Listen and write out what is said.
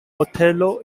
othello